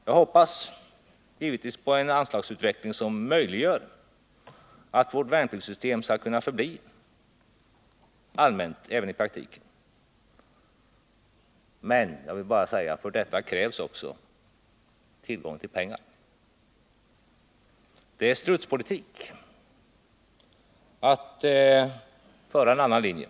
Jag hoppas givetvis på en anslagsutveckling som möjliggör att vårt värnpliktssystem förblir allmänt, men för detta krävs tillgång till pengar. Det är strutspolitik att driva en annan linje.